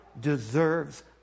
deserves